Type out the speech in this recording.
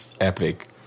epic